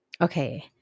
Okay